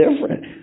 different